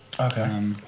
Okay